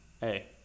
Hey